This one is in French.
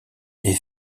est